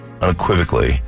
unequivocally